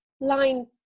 Line